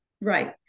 Right